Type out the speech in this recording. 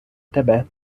тебе